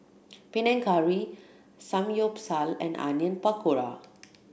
Panang Curry Samgyeopsal and Onion Pakora